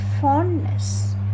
fondness